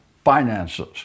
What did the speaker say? finances